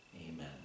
Amen